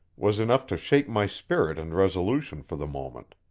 was enough to shake my spirit and resolution for the moment.